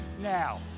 now